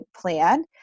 plan